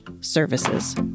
services